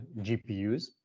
GPUs